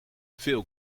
veel